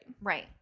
Right